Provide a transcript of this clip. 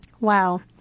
Wow